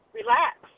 relax